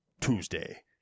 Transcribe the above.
Tuesday